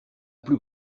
plus